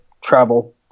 travel